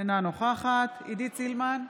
אינה נוכחת עידית סילמן,